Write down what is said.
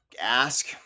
ask